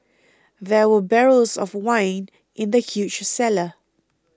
there were barrels of wine in the huge cellar